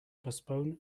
postpone